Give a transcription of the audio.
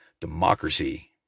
democracy